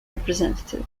representative